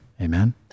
Amen